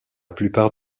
plupart